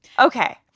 Okay